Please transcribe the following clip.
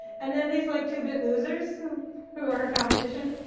and then these like two-bit losers who who are her competition.